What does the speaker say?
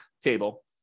table